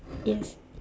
yes